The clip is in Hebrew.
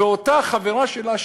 וחברה שלה,